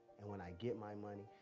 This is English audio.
and when i get my money,